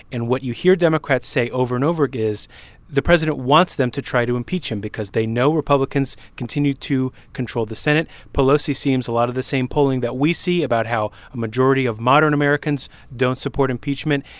and what you hear democrats say over and over again is the president wants them to try to impeach him because they know republicans continue to control the senate. pelosi sees a lot of the same polling that we see about how a majority of modern americans don't support impeachment.